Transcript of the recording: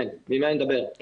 תגיד,